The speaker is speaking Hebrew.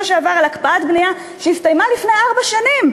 שעבר על הקפאת בנייה שהסתיימה לפני ארבע שנים,